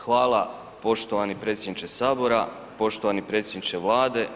Hvala poštovani predsjedniče Sabora, poštovani predsjedniče Vlade.